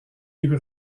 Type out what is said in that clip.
lui